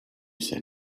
said